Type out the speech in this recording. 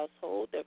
household